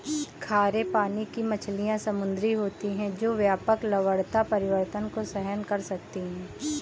खारे पानी की मछलियाँ समुद्री होती हैं जो व्यापक लवणता परिवर्तन को सहन कर सकती हैं